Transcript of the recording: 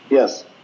Yes